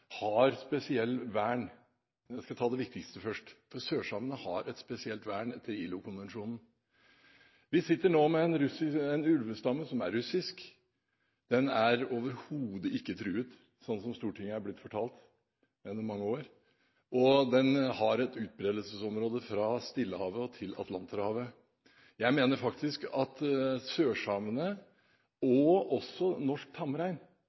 har et spesielt vern etter ILO-konvensjonen. Vi sitter nå med en ulvestamme som er russisk. Den er overhodet ikke truet, sånn som Stortinget er blitt fortalt gjennom mange år. Den har et utbredelsesområde fra Stillehavet og til Atlanterhavet. Jeg mener faktisk at sørsamene og også norsk tamrein